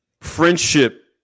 friendship